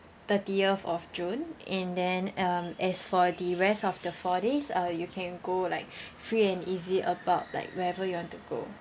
thirtieth of june and then um and as for the rest of the four days uh you can go like free and easy about like wherever you want to go